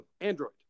android